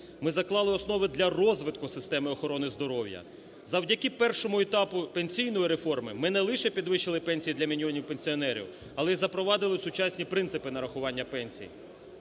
Ми заклали основи для розвитку системи охорони здоров'я. Завдяки першому етапу пенсійної реформи ми не лише підвищили пенсії для мільйонів пенсіонерів, але і запровадили сучасні принципи нарахування пенсій.